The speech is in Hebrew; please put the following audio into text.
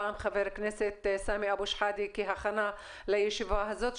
עם חבר הכנסת סמי אבו שחאדה כהכנה לישיבה הזאת,